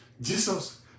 Jesus